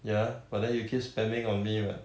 ya but then you keep spending on me what